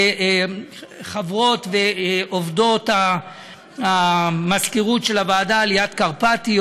לחברות ולעובדות המזכירות של הוועדה: ליאת קרפטי,